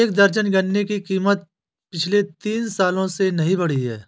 एक दर्जन गन्ने की कीमत पिछले तीन सालों से नही बढ़ी है